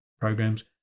programs